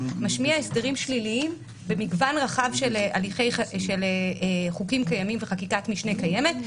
משמיע הסדרים שליליים במגוון רחב של חוקים קיימים וחקיקת משנה קיימת,